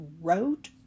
wrote